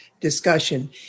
discussion